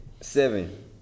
Seven